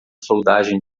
soldagem